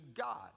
God